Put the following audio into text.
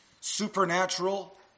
supernatural